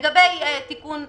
לגבי תיקון 50,